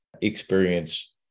experience